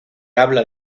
habla